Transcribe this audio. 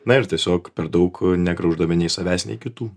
na ir tiesiog per daug negrauždami nei savęs nei kitų